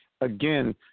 again